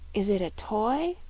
is it a toy?